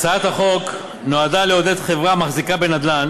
הצעת החוק נועדה לעודד חברה המחזיקה בנדל"ן